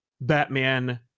batman